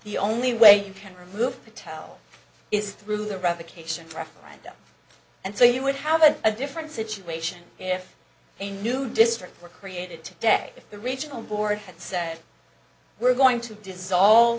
the only way you can remove patel is through the revocation referendum and so you would have a a different situation if a new district were created today if the regional board had said we're going to d